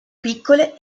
piccole